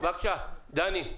דני,